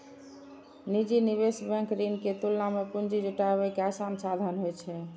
निजी निवेश बैंक ऋण के तुलना मे पूंजी जुटाबै के आसान साधन होइ छै